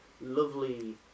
lovely